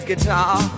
Guitar